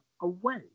away